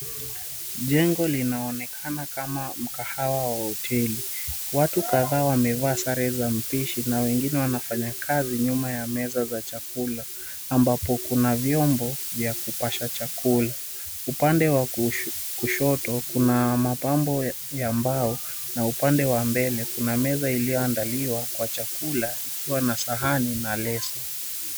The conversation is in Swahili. Jengo linaonekana kama mkahawa wa hoteli. Watu kadhaa wamevaa sare za mpishi na wengine wanafanya kazi nyuma ya meza za chakula ambapo kuna vyombo vya kupasha chakula. Upande wa kushoto kuna mapambo ya mbao na upande wa mbele kuna meza iliyoandaliwa kwa chakula ikiwa na sahani na leso.